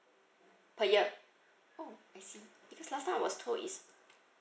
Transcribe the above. per year oh I see because last time I was told is